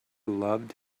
loved